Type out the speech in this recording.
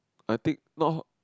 I think not hot